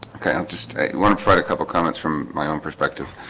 okay, i'll just want to provide a couple comments from my own perspective